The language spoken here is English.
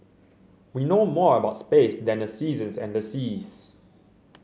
we know more about space than the seasons and the seas